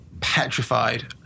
Petrified